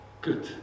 good